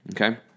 okay